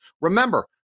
Remember